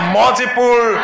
multiple